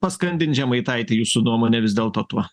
paskandins žemaitaitį jūsų nuomone vis dėlto tuo